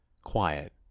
quiet